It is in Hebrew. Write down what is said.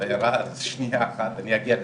אני אגיע לזה.